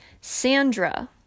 Sandra